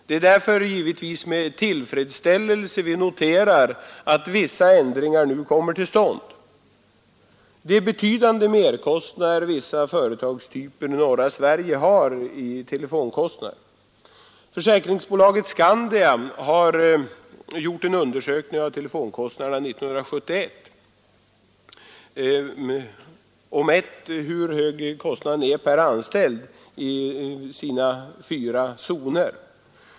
Därför är det givetvis med tillfredsställelse vi noterar att vissa ändringar nu kommer till stånd. Det är betydande merkostnader vissa företagstyper i norra Sverige har i telefonkostnader. Försäkringsbolaget Skandia har gjort en undersökning av telefonkostnaderna 1971 per anställd i sina fyra zoner.